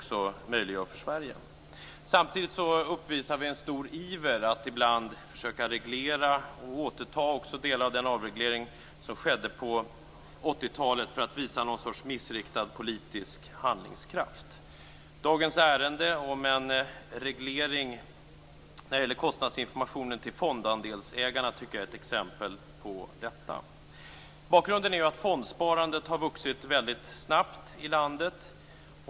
Samtidigt uppvisar vi en stor iver att ibland försöka reglera och återta delar av den avreglering som skedde på 80-talet för att visa något slags missriktad politisk handlingskraft. Dagens ärende om en reglering när det gäller kostnadsinformationen till fondandelsägarna är ett exempel på detta. Bakgrunden är att fondsparandet har vuxit snabbt i landet.